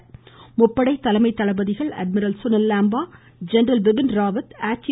இத்தினத்தையொட்டி முப்படை தலைமை தளபதிகள் அட்மிரல் சுனில் லாம்பா ஜெனரல் பிபின் ராவத் ஏர்சீ